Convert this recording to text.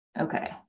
Okay